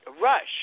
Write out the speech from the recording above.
Rush